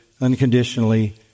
unconditionally